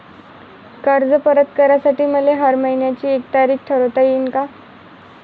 कर्ज परत करासाठी मले हर मइन्याची एक तारीख ठरुता येईन का?